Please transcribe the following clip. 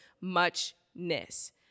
muchness